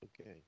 Okay